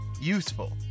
useful